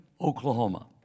Oklahoma